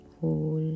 hold